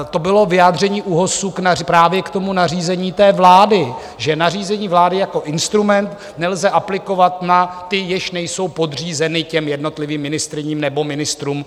To bylo vyjádření ÚOHS právě k nařízení vlády, že nařízení vlády jako instrument nelze aplikovat na ty, jež nejsou podřízeni jednotlivým ministryním nebo ministrům.